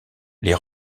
les